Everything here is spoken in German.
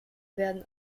werden